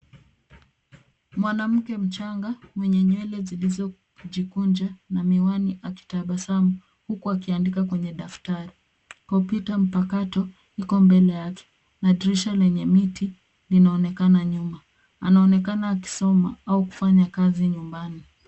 Mwanamke mchanga mwenye nywele zilizojikunja na miwani akitabasamu huku akiandika kwenye daftari. Kompyuta mpakato iko mbele yake na dirisha lenye miti linaonekana nyuma. Anaonekana akisoma au kufanya kazi nyumbani.